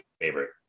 favorite